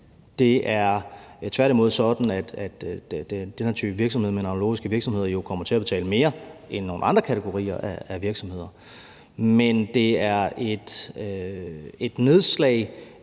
det er tværtimod sådan, at den her type virksomheder, mineralogiske virksomheder, jo kommer til at betale mere end nogle andre kategorier af virksomheder. Men det er et nedslag